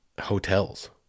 hotels